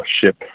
ship